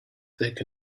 thick